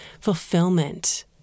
fulfillment